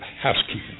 housekeeping